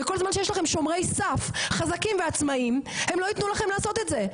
וכל זמן שיש לכם שומרי סף חזקים ועצמאיים הם לא ייתנו לכם לעשות את זה,